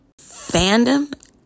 Fandom